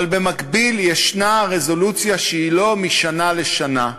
אבל במקביל יש רזולוציה שהיא לא משנה לשנה,